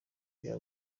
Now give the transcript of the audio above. bya